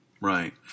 Right